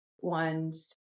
one's